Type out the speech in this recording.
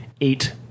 eight